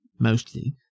Mostly